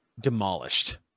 demolished